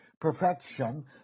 perfection